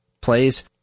plays